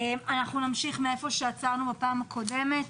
אנחנו נמשיך מאיפה שעצרנו בפעם הקודמת.